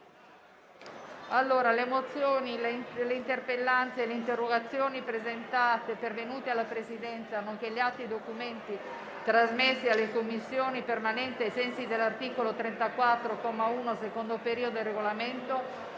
Le mozioni, le interpellanze e le interrogazioni pervenute alla Presidenza, nonché gli atti e i documenti trasmessi alle Commissioni permanenti ai sensi dell'articolo 34, comma 1, secondo periodo, del Regolamento